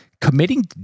committing